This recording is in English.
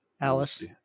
Alice